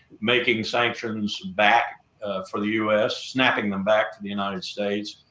making sanctions back for the u s, snapping them back to the united states,